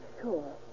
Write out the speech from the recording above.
sure